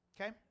okay